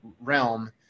realm